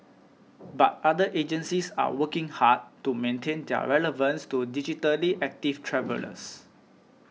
but other agencies are working hard to maintain their relevance to digitally active travellers